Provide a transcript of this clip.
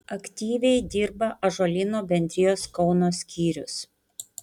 aktyviai dirba ąžuolyno bendrijos kauno skyrius